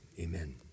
Amen